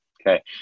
okay